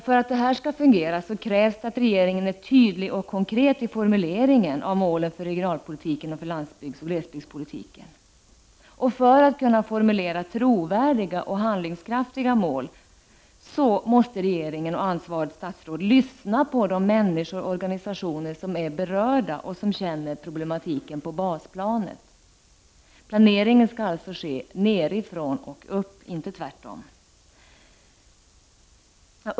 För att detta skall fungera krävs det att regeringen är tydlig och konkret i formuleringen av målet för regionalpolitiken och för landsbygdsoch glesbygdspolitiken. För att kunna formulera trovärdiga och handlingskraftiga mål måste regeringen och ansvarigt statsråd lyssna på de människor och organisationer som är berörda och som känner problematiken på basplanet. Planeringen skall alltså ske nerifrån och upp, inte tvärtom.